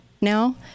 now